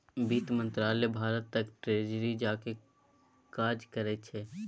बित्त मंत्रालय भारतक ट्रेजरी जकाँ काज करै छै